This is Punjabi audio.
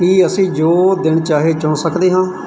ਕੀ ਅਸੀਂ ਜੋ ਦਿਨ ਚਾਹੇ ਚੁਣ ਸਕਦੇ ਹਾਂ